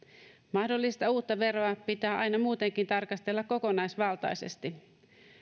mahdollista uutta veroa pitää aina muutenkin tarkastella kokonaisvaltaisesti